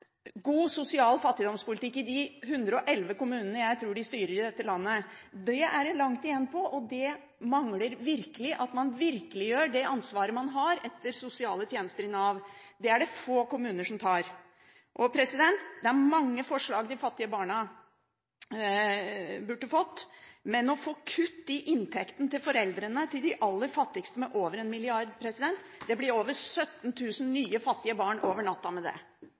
god sosial fattigdomspolitikk i de rundt 111 kommunene, som jeg tror det er, de styrer i dette landet. Der er det langt igjen, og det mangler at man virkeliggjør det ansvaret man har etter lov om sosiale tjenester i Nav. Det er det få kommuner som tar. Det er mye de fattige barna burde fått, men når foreldrene til de aller fattigste får kutt i inntekten med over 1 mrd. kr, fører det til at det over natta blir mer enn 17 000 nye fattige barn.